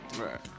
Right